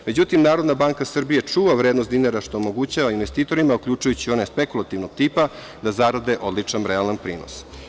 Međutim, Narodna banka Srbije čuva vrednost dinara, što omogućava investitorima, uključujući i one spekulativnog tipa, da zarade odličan realan prinos.